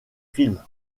films